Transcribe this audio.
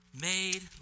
made